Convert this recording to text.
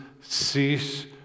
cease